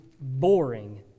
boring